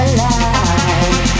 Alive